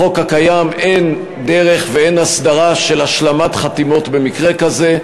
בחוק הקיים אין דרך ואין הסדרה של השלמת חתימות במקרה כזה.